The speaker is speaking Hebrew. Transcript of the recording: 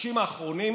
בחודשים האחרונים